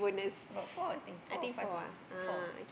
about four I think four or five ah four ah